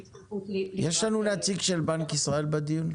--- יש לנו נציג של בנק ישראל בדיון?